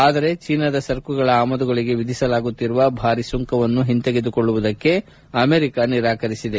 ಆದರೆ ಚೀನಾದ ಸರಕುಗಳ ಆಮದುಗಳಿಗೆ ವಿಧಿಸಲಾಗುತ್ತಿರುವ ಭಾರಿ ಸುಂಕವನ್ನು ಹಿಂತೆಗೆದುಕೊಳ್ಳವುದಕ್ಕೆ ಅಮೆರಿಕ ನಿರಾಕರಿಸಿದೆ